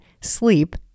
sleep